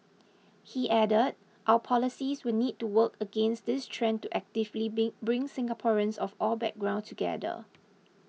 he added our policies will need to work against this trend to actively been bring Singaporeans of all background together